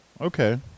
okay